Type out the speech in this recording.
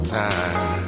time